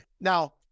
Now